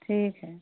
ठीक है